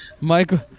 Michael